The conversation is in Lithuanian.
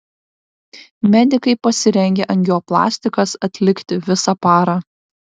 medikai pasirengę angioplastikas atlikti visą parą